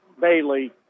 Bailey